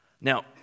Now